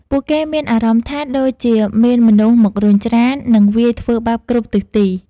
ពួកគេមានអារម្មណ៍ថាដូចជាមានមនុស្សមករុញច្រាន និងវាយធ្វើបាបគ្រប់ទិសទី។